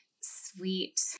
sweet